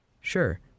Sure